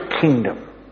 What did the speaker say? kingdom